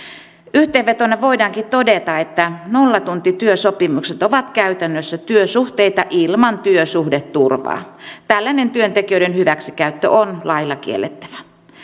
yhteenvetona voidaankin todeta että nollatuntityösopimukset ovat käytännössä työsuhteita ilman työsuhdeturvaa tällainen työntekijöiden hyväksikäyttö on lailla kiellettävä